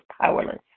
powerless